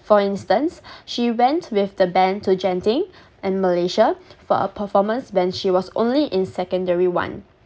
for instance she went with the band to Genting in malaysia for a performance when she was only in secondary one